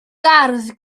gardd